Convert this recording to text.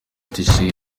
tshisekedi